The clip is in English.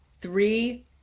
three